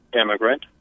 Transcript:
immigrant